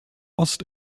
ost